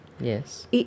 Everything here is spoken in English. Yes